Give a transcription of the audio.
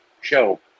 show